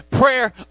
prayer